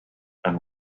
and